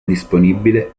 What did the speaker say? disponibile